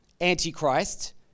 antichrist